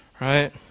right